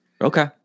Okay